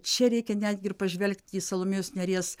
čia reikia netgi ir pažvelgti į salomėjos nėries